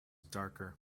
darker